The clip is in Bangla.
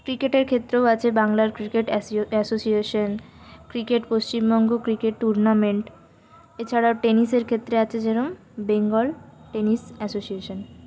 ক্রিকেটের ক্ষেত্রেও আছে বাংলার cricket association cricket Paschimbanga cricket tournament এছাড়াও টেনিসের ক্ষেত্রেও আছে যেরম বেঙ্গল টেনিস অ্যাসোসিয়েশন